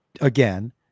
again